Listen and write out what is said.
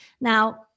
Now